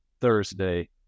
Thursday